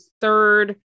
third